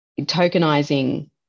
tokenizing